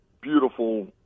beautiful